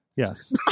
Yes